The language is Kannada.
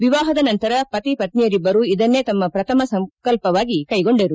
ವಿವಾಹದ ನಂತರ ಪತಿಪತ್ತಿ ಯರಿಬ್ಬರೂ ಇದನ್ನೇ ತಮ್ಮ ಪ್ರಥಮ ಸಂಕಲ್ಪವಾಗಿ ಕೈಗೊಂಡರು